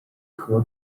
合作